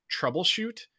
troubleshoot